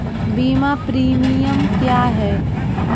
बीमा प्रीमियम क्या है?